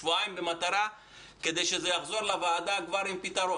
שבועיים כדי שזה יחזור לוועדה עם פתרון.